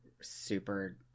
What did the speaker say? super